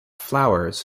flowers